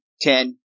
ten